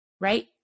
right